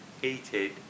heated